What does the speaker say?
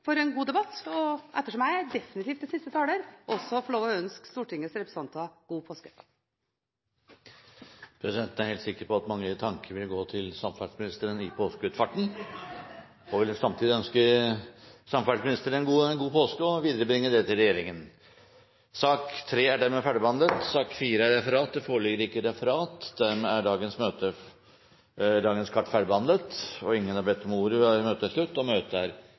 for en god debatt, og ettersom jeg er definitivt siste taler, skal jeg få lov til å ønske Stortingets representanter god påske. Presidenten er helt sikker på at mange tanker vil gå til samferdselsministeren i påskeutfarten. Jeg vil samtidig ønske henne en god påske og ber om at hun viderebringer det til regjeringen. Debatten i sak nr. 3 er avsluttet. Det foreligger ikke noe referat. Dermed er sakene på dagens kart ferdigbehandlet. Forlanger noen ordet før møtet heves? – Møtet er